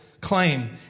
claim